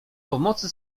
pomocy